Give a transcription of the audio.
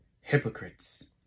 hypocrites